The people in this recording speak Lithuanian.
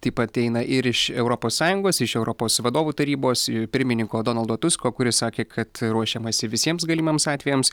taip pat eina ir iš europos sąjungos iš europos vadovų tarybos pirmininko donaldo tusko kuris sakė kad ruošiamasi visiems galimiems atvejams